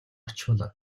очвол